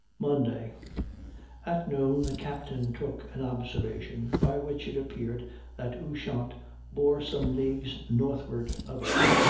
monday at noon the captain took an observation, by which it appeared that ushant bore some leagues northward of us,